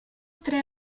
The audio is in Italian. tre